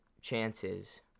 chances